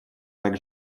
так